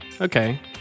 Okay